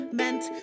meant